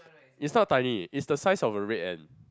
is not tiny is the size of a red ant